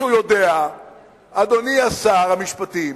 אדוני שר המשפטים,